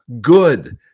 Good